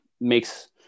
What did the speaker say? makes